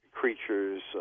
creatures